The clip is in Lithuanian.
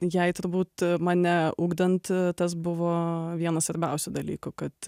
jai turbūt mane ugdant tas buvo vienas svarbiausių dalykų kad